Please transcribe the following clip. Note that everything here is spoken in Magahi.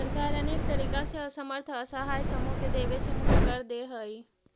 सरकार अनेक तरीका से असमर्थ असहाय समूह के देवे से मुक्त कर देऽ हई